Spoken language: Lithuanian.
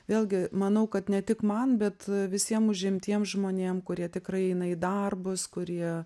vėlgi manau kad ne tik man bet visiem užimtiem žmonėm kurie tikrai eina į darbus kurie